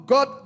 God